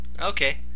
Okay